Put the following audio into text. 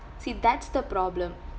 see that's the problem